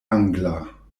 angla